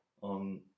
on